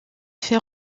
fait